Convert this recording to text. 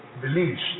beliefs